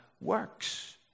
works